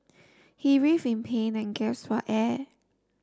he writhed in pain and gasped for air